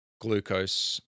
glucose